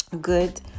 good